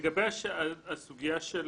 לגבי הבקשה של